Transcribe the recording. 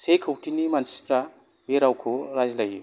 से कौतिनि मानसिफ्रा बे रावखौ रायज्लायो